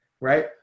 right